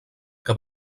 que